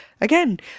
again